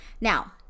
Now